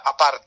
aparte